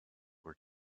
were